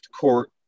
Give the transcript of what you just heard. court